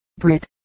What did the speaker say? Brit